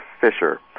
Fisher